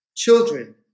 Children